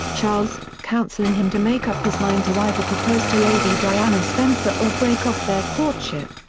charles, counselling him to make up his mind to either propose to lady diana spencer or break off their courtship.